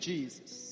Jesus